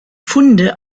funde